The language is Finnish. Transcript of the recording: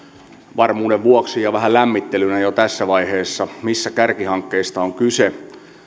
varmuuden vuoksi ja vähän lämmittelynä jo jo tässä vaiheessa mistä kärkihankkeista on kyse